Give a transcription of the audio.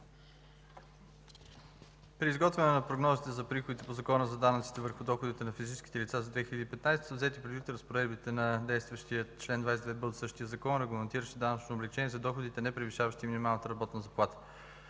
При изготвяне на прогнозите за приходите по Закона за данъците върху доходите на физическите лица за 2015 г. са взети предвид разпоредбите на действащия чл. 22б от същия закон, регламентиращ данъчното облекчение за доходите, непревишаващи минималната работна заплата.